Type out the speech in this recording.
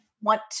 want